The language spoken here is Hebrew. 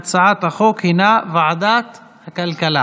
התשפ"א 2021, לוועדת הכלכלה